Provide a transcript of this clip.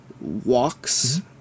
walks